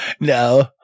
No